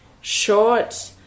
short